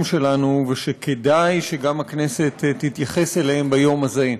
שלנו ושכדאי שגם הכנסת תתייחס אליהם ביום הזה.